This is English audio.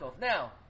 Now